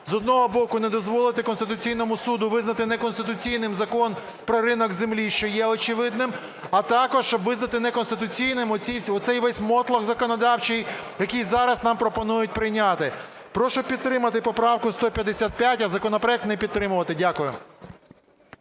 з одного боку, не дозволити Конституційному Суду визнати неконституційним Закон про ринок землі, що є очевидним; а також щоб визнати неконституційним оцей весь мотлох законодавчий, який зараз нам пропонують прийняти. Прошу підтримати поправку 155, а законопроект не підтримувати. Дякую.